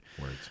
Words